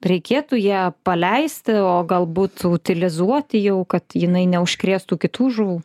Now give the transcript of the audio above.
reikėtų ją paleisti o galbūt utilizuoti jau kad jinai neužkrėstų kitų žuvų